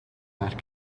that